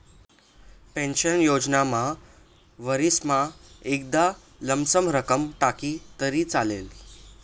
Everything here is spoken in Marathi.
पेन्शन योजनामा वरीसमा एकदाव लमसम रक्कम टाकी तरी चालस